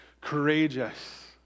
courageous